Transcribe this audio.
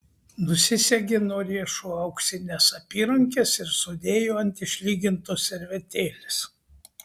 nusisegė nuo riešų auksines apyrankes ir sudėjo ant išlygintos servetėlės